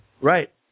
Right